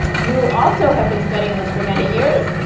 you also have been studying this for many years,